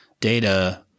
data